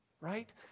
right